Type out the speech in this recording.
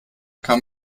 kam